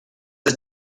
ist